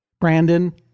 Brandon